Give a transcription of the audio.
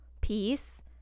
piece